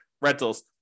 rentals